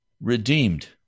redeemed